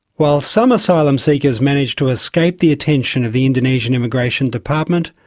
while some asylum seekers manage to escape the attention of the indonesian immigration department,